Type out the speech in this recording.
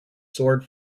sword